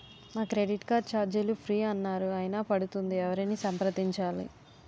నా credit card ఛార్జీలు free అన్నారు అయినా పడుతుంది ఎవరిని సంప్రదించాలి?